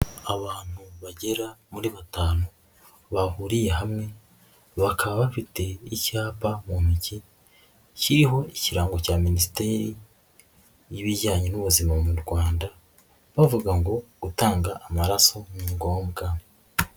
Abantu bagera muri batanu bahuriye hamwe, bakaba bafite icyapa mu mijyi kiriho ikirango cya Minisiteri y'ibijyanye n'ubuzima mu Rwanda, bavuga ngo gutanga amaraso ni ngombwa.